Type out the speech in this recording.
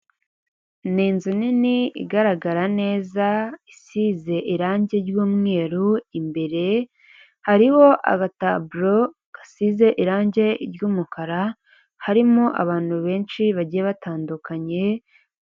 Ni inzu nini igaragara neza isize irange ry'umweru, imbere hariho agataburo gasize irange ry'umukara harimo abantu benshi bagiye batandukanye.